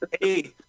hey